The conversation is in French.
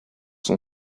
son